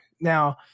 Now